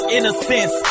Innocence